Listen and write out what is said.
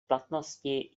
platnosti